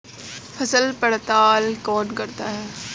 फसल पड़ताल कौन करता है?